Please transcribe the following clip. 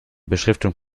beschriftung